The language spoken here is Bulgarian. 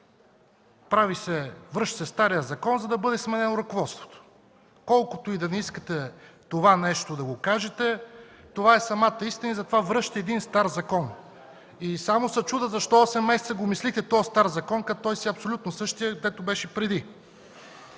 връща се старият закон, за да бъде сменено ръководството. Колкото и да не искате да кажете това нещо, това е самата истина и затова връщате един стар закон. Само се чудя защо осем месеца го мислихте този стар закон, като той си е абсолютно същият, както беше преди.